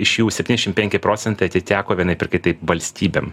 iš jų septyniašim penki procentai atiteko vienaip ar kitaip valstybėm